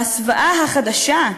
וההסוואה החדשה,